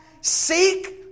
Seek